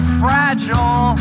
fragile